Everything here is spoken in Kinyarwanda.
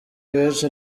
benshi